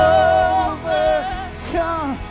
overcome